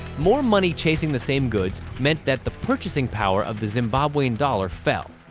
more money chasing the same goods meant that the purchasing power of the zimbabwean dollar fell.